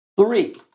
Three